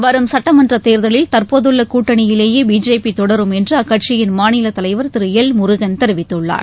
வரும் சட்டமன்றத் தேர்தலில் தற்போதுள்ள கூட்டணியிலேயே பிஜேபி தொடரும் என்று அக்கட்சியின் மாநிலத் தலைவர் திரு எல் முருகன் தெரிவித்துள்ளார்